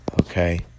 Okay